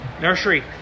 Nursery